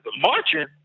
marching